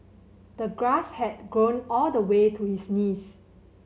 the grass had grown all the way to his knees